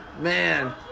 man